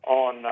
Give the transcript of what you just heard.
on